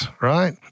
right